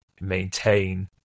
maintain